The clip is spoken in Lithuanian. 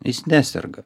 jis neserga